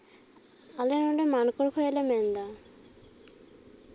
ᱟᱞᱮ ᱱᱚᱸᱰᱮ ᱢᱟᱱᱠᱚᱨ ᱠᱷᱚᱱᱞᱮ ᱢᱮᱱᱫᱟ